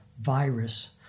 virus